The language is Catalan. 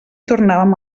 tornàvem